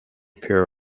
pair